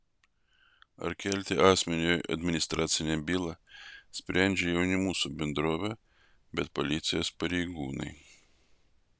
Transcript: ar kelti asmeniui administracinę bylą sprendžia jau ne mūsų bendrovė bet policijos pareigūnai